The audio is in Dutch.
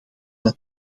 het